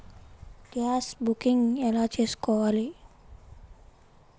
Gas booking ఎలా చేసుకోవాలి?